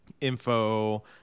info